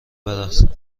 برقصم